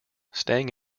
staying